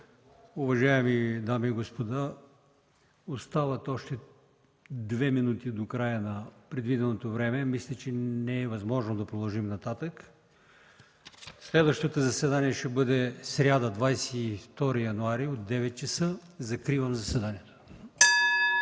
Уважаеми дами и господа, остават още две минути до края на предвиденото време. Мисля, че не е възможно да продължим нататък. Следващото заседание ще бъде в сряда, 22 януари 2014 г., от 9,00 ч. Закривам заседанието.